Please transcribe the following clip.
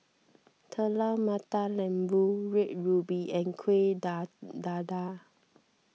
Telur Mata Lembu Red Ruby and Kueh Dadar